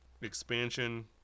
expansion